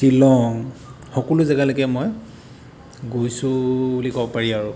শ্ৱিলং সকলো জেগালৈকে মই গৈছোঁ বুলি ক'ব পাৰি আৰু